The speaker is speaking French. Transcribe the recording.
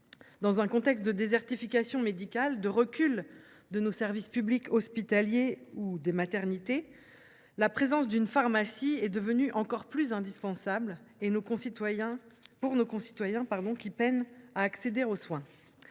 Dans le contexte de la désertification médicale et du recul des services publics hospitaliers ou de maternité, la présence d’une pharmacie est devenue indispensable pour nos concitoyens, qui peinent à accéder aux soins.